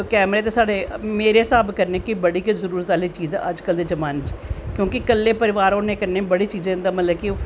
तो कैमरे ते साढ़े मेरे हिसाब कन्नैं कि बड़ी गै जरूरत आह्ली चीज़ ऐ मेरे हिसाव कन्नैं क्योंकि कल्ले परिवार होनें कन्नैं बड़े गल्लें दा मतलव कि